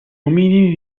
ominidi